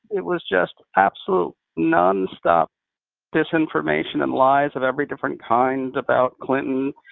it was just absolute nonstop disinformation and lies of every different kind about clinton,